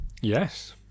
Yes